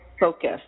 Focus